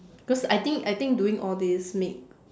because I think I think doing all these make